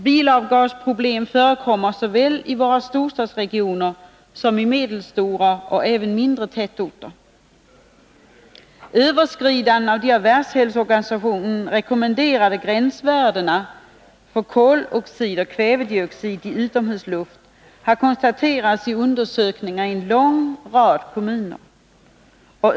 Bilavgasproblem förekommer såväl i våra storstadsregioner som i medelstora och även mindre tätorter. Överskridanden av de av Världshälsoorganisationen rekommenderade gränsvärdena för koloxid och kvävedioxid i utomhusluft har konstaterats i undersökningar i en lång rad kommuner.